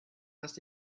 was